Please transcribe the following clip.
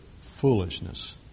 foolishness